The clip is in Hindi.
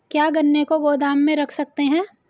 क्या गन्ने को गोदाम में रख सकते हैं?